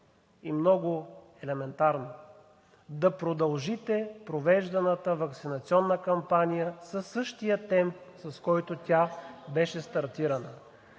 и много елементарно: да продължите провежданата ваксинационна кампания със същия темп, с който тя беше стартирана.